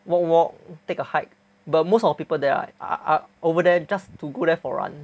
walk walk take a hike but most of the people there right are over there just to go there for run